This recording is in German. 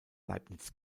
leibniz